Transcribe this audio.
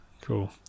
cool